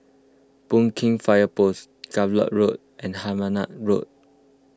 Boon Keng Fire Post Gallop Road and Hemmant Road